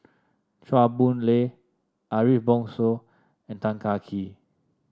Chua Boon Lay Ariff Bongso and Tan Kah Kee